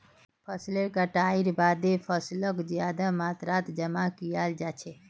फसलेर कटाईर बादे फैसलक ज्यादा मात्रात जमा कियाल जा छे